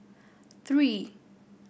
three